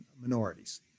minorities